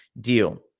deal